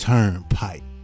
Turnpike